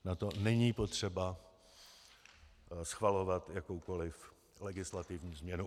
Na to není potřeba schvalovat jakoukoliv legislativní změnu.